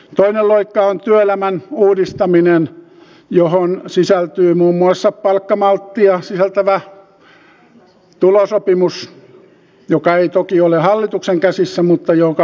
toinen loikka on työelämän uudistaminen johon sisältyy muun muassa palkkamalttia sisältävä tulosopimus joka ei toki ole hallituksen käsissä mutta joka on tavoitteena